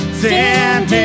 stand